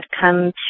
come